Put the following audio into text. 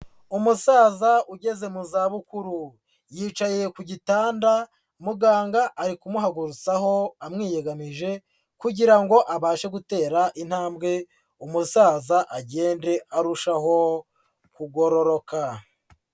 Umusaza ugeze mu zabukuru yicaye ku gitanda muganga ari kumuhagurutsaho amwiyegamije kugira ngo abashe gutera intambwe, umusaza agende arushaho kugororoka.